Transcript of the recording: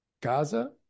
Gaza